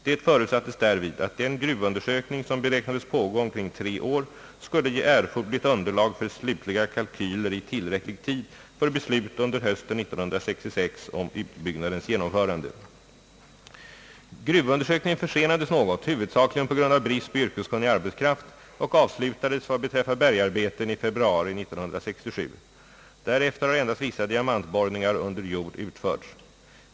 Det förutsattes därvid att den gruvundersökning, som beräknades pågå omkring 3 år, skulle ge erforderligt underlag för slutliga kalkyler i tillräcklig tid för beslut under hösten 1966 om utbyggnadens genomförande. Gruvundersökningen försenades något, huvudsakligen på grund av brist på yrkeskunnig arbetskraft, och avslutades vad beträffar bergarbeten i februari 1967. Därefter har endast vissa diamantborrningar under jord utförts.